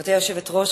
גברתי היושבת-ראש,